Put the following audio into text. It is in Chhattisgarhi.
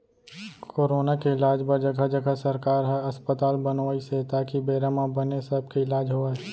कोरोना के इलाज बर जघा जघा सरकार ह अस्पताल बनवाइस हे ताकि बेरा म बने सब के इलाज होवय